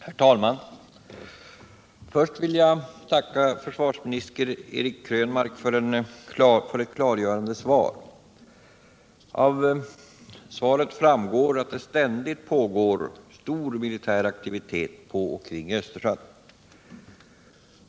Herr talman! Först vill jag tacka försvarsminister Eric Krönmark för ett klargörande svar. Av svaret framgår att det ständigt pågår stor militär aktivitet på och kring Östersjön.